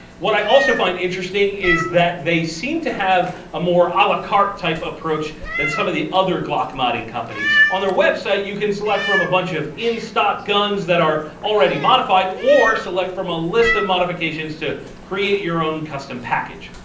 what i also find interesting is that they seem to have a more ala carte type approach than some of the other glock modding companies. on their website, you can select from a bunch of in-stock guns that are already modified or select from a list of modifications to create your own custom package.